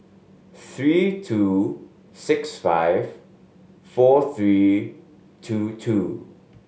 three two six five four three two two